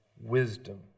wisdom